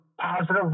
positive